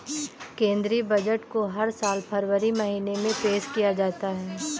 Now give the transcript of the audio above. केंद्रीय बजट को हर साल फरवरी महीने में पेश किया जाता है